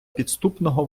підступного